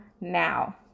now